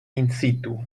incitu